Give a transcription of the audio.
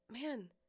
man